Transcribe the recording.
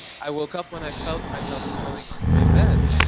i woke up when i felt myself falling onto my bed.